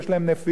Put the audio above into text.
יש להם נפילים,